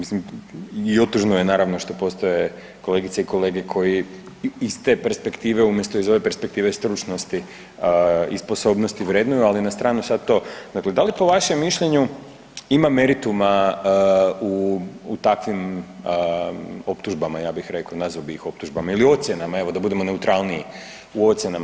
I otužno je što postoje kolegice i kolege koji iz te perspektive umjesto iz ove perspektive stručnosti i sposobnosti vrednuju, ali na stranu i sad to, dakle, da li po vašem mišljenju ima merituma u takvim optužbama, ja bih rekao, nazvao bi ih optužbama, ili ocjenama, evo da budemo neutralniji, u ocjenama.